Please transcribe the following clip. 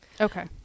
okay